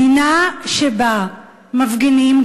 מדינה שבה מפגינים,